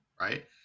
right